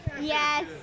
Yes